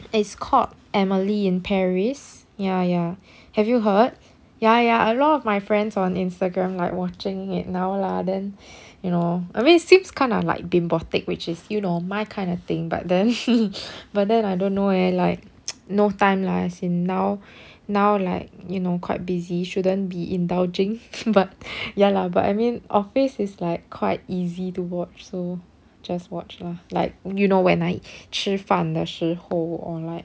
it's called emily in paris ya ya have you heard ya ya a lot of my friends on instagram like watching it now lah then you know I mean it seems kind of like bimbotic which is you know my kind of thing but then but then I don't know leh like no time lah as in now now like you know quite busy shouldn't be indulging but ya lah but I mean office is like quite easy to watch so just watch lah like you know when I 吃饭的时候 or like